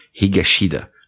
Higashida